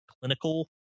clinical